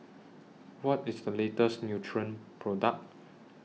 What IS The latest Nutren Product